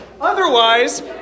Otherwise